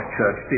Church